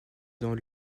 dans